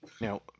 Now